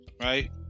right